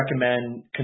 recommend